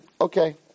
Okay